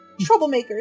troublemakers